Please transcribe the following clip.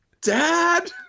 dad